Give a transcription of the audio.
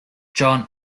john